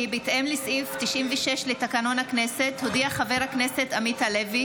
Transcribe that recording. כי בהתאם לסעיף 96 לתקנון הכנסת הודיע חבר הכנסת עמית הלוי